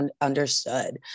understood